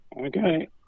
Okay